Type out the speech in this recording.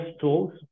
tools